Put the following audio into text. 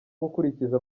gukurikiza